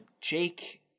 Jake